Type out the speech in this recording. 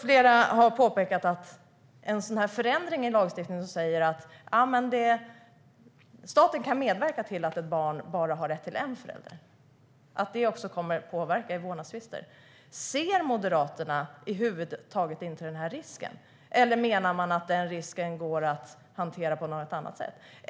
Flera har påpekat att en sådan här förändring i lagstiftningen som säger att staten kan medverka till att ett barn bara har rätt till en förälder också kommer att påverka vårdnadstvister. Ser Moderaterna över huvud taget inte den här risken, eller menar man att den går att hantera på något annat sätt?